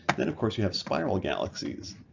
then of course you have spiral galaxies